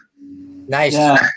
nice